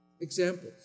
examples